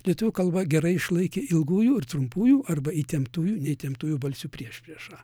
lietuvių kalba gerai išlaikė ilgųjų ir trumpųjų arba įtemptųjų neįtemptųjų balsių priešpriešą